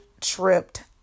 tripped